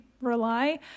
rely